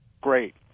great